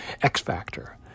X-Factor